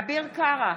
אביר קארה,